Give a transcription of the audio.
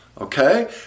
Okay